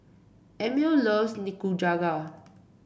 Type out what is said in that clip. Emil loves Nikujaga